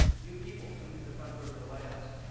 new people coming to the front doors of the white house.